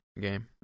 game